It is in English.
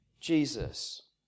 Jesus